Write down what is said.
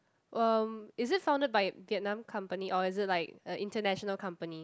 um is it founded by Vietnam company or is it like a international company